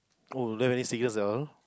oh you don't have any secrets at all